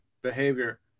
behavior